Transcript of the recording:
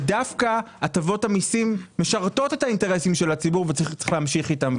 ודווקא הטבות המסים משרתות את האינטרסים של הציבור וצריך להמשיך איתם,